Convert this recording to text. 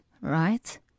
right